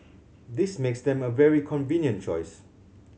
this makes them a very convenient choice